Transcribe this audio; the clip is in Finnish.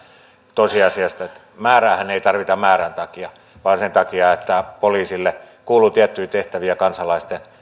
tosiasiasta että määräähän ei tarvita määrän takia vaan sen takia että poliisille kuuluu tiettyjä tehtäviä kansalaisten